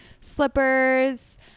slippers